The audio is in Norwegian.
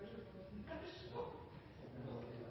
representanten Hansen nå